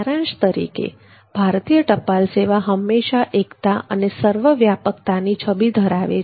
સારાંશ તરીકે ભારતીય ટપાલ સેવા હંમેશા એકતા અને સર્વવ્યાપકતાની છબી ધરાવે છે